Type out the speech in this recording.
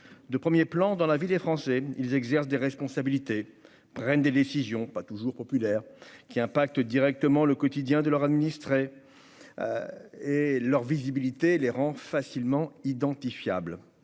de 1er plan dans la vie des Français, ils exercent des responsabilités, prennent des décisions pas toujours populaires qui impacte directement le quotidien de leurs administrés et leur visibilité les rend facilement identifiables